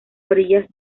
orillas